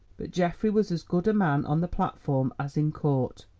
but geoffrey was as good a man on the platform as in court,